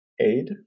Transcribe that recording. aid